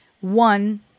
one